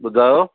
ॿुधायो